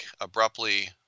abruptly